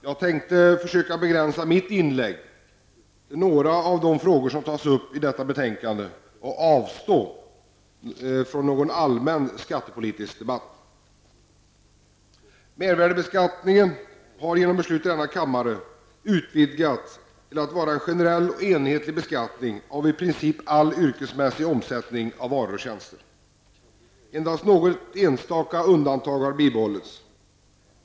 Jag skall försöka begränsa mitt inlägg till några av de frågor som tas upp i detta betänkande, och jag kommer att avstå från en allmän skattepolitisk debatt. Mervärdebeskattningen har genom beslut i denna kammare utvidgats till en generell och enhetlig beskattning av i princip all yrkesmässig omsättning av varor och tjänster. Endast något enstaka undantag har bibehållits.